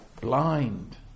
Blind